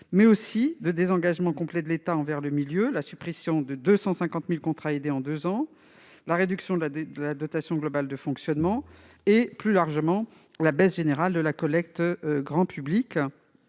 mais également de désengagement complet de l'État par rapport au milieu associatif. La suppression de plus de 250 000 contrats aidés en deux ans, la réduction de la dotation globale de fonctionnement et, plus largement, la baisse générale de la collecte grand public